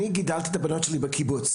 אני גידלתי את הבנות שלי בקיבוץ.